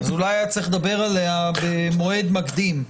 אז אולי היה צריך לדבר עליה במועד מקדים.